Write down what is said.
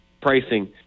pricing